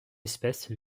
espèce